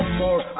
more